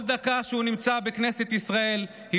כל דקה שהוא נמצא בכנסת ישראל היא